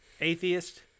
Atheist